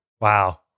Wow